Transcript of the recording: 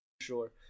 sure